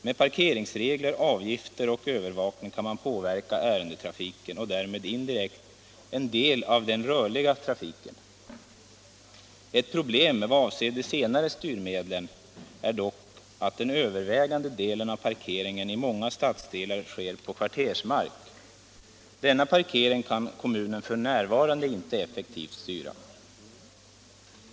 Med parkeringsregler, avgifter och övervakning kan man påverka ärendetrafiken och därmed indirekt en del av den rörliga trafiken. Ett problem i vad avser de senare styrmedlen är dock att den övervägande delen av parkeringen i många stadsdelar sker på kvartersmark. Denna parkering kan kommunen f. n. inte effektivt styra.